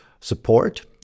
support